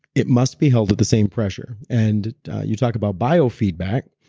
it must be held at the same pressure. and you talk about biofeedback,